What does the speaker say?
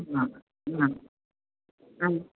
आं